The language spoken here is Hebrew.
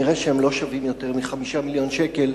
נראה שהם לא שווים יותר מ-5 מיליוני שקלים